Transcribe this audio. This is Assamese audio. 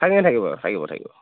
থাকিব থাকিব থাকিব থাকিব